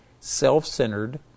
self-centered